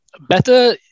Better